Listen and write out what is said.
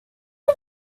you